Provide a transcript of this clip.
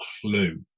clue